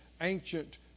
ancient